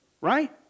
right